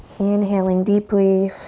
inhaling deeply,